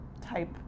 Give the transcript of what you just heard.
type